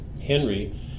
Henry